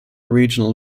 regional